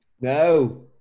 No